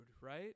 right